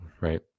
right